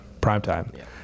Primetime